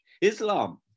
Islam